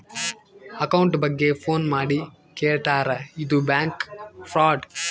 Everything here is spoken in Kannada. ಅಕೌಂಟ್ ಬಗ್ಗೆ ಫೋನ್ ಮಾಡಿ ಕೇಳ್ತಾರಾ ಇದು ಬ್ಯಾಂಕ್ ಫ್ರಾಡ್